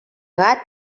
gat